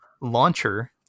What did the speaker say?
launcher